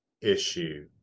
issue